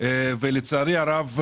לצערי הרב,